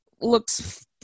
looks